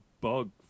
bug